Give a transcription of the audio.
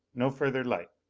no further light.